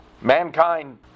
Mankind